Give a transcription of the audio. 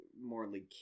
morally